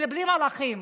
בלי מלכים.